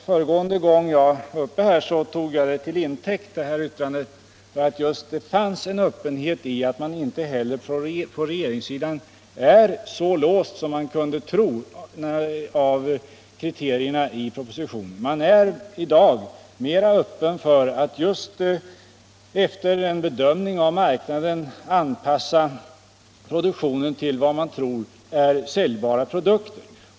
Förra gången jag talade här tog jag det yttrandet till intäkt för att det fanns en öppenhet, att man inte heller på regeringssidan är så låst som vi kunde tro av kriterierna i propositionen. Man är i dag mera öppen för att efter en bedömning av marknaden anpassa produktionen till vad man tror är säljbara produkter.